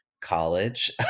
college